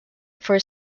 for